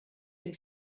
dem